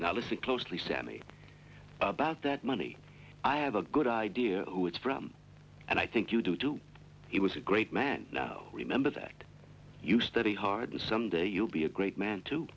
now listen closely sammy about that money i have a good idea who it's from and i think you do too it was a great man know remember that you study hard and some day you'll be a great man t